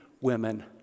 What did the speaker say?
women